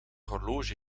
horloge